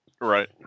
right